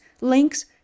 links